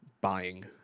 buying